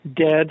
dead